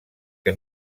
que